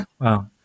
Wow